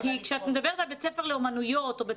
כי כשאת מדברת על בית ספר לאומניות או בית